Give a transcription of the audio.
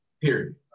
period